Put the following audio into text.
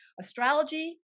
astrology